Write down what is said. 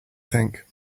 think